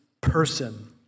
person